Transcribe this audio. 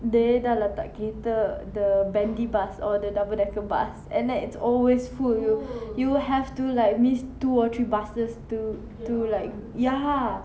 they dah lah tak cater the bendy bus or the double decker bus and then it's always full you have to like miss two or three buses to to like ya